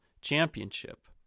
championship